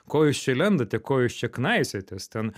ko jūs čia lendate ko jūs čia knaisiojatės ten